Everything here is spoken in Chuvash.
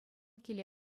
киле